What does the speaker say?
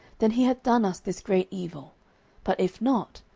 then he hath done us this great evil but if not,